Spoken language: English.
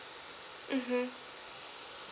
mmhmm